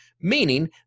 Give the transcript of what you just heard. meaning